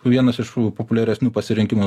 vienas iš populiaresnių pasirinkimų